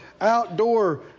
outdoor